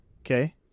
Okay